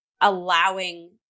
allowing